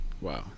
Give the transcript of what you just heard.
Wow